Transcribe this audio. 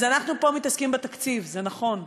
אז אנחנו פה מתעסקים בתקציב, זה נכון.